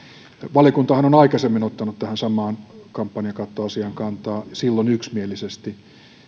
valiokuntahan on aikaisemmin ottanut tähän samaan kampanjakattoasiaan kantaa silloin yksimielisesti